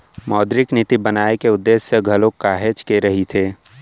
मौद्रिक नीति बनाए के उद्देश्य घलोक काहेच के रहिथे